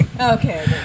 Okay